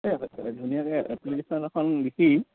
এই ধুনীয়াকে এপ্লিকেশ্য়ন এখন লিখি